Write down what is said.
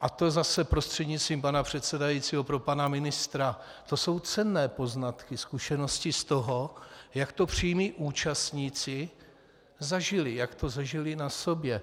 a to zase prostřednictvím pana předsedajícího pro pana ministra, to jsou cenné poznatky, zkušenosti z toho, jak to přímí účastníci zažili, jak to zažili na sobě.